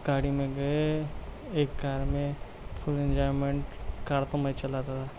گاڑی میں گئے ایک کار میں فل انجوائمینٹ کار کو میں چلاتا تھا